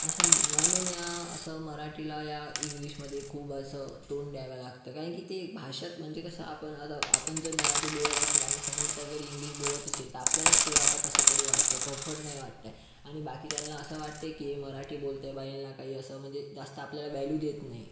असं म्हणून या असं मराठीला या इंग्लिशमध्ये खूप असं तोंड द्यावं लागतं कारण की ते एक भाषाच म्हणजे कसं आपण आता आपण जर मराठी बोलत असेल आणि समोरचा जर इंग्लिश बोलत असेल तर आपल्यालाच थोडं आता कसं तरी वाटतं आहे कम्फर्ट नाही वाटत आहे आणि बाकीच्यांना असं वाटत आहे की हे मराठी बोलत आहे बुवा यांना असं काही म्हणजे जास्त आपल्याला व्हॅल्यू देत नाही